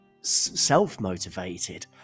self-motivated